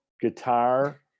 guitar